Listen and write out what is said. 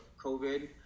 COVID